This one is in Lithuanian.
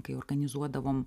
kai organizuodavom